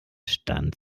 stand